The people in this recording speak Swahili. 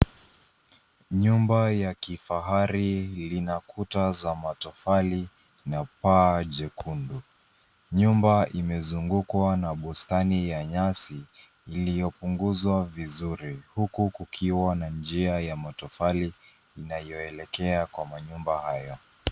Nyumba ya kifahari lina kuta za matofali na paa jekundu, nyumba imezungukwa na bustani ya nyasi iliyopunguzwa vizuri huku kukiwa na njia ya matofali inayoelekea kwa manyumba hayo.